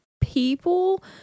people